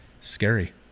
scary